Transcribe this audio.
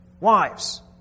wives